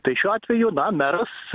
tai šiuo atveju na meras